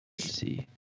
see